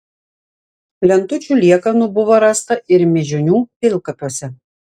lentučių liekanų buvo rasta ir mėžionių pilkapiuose